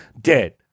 Dead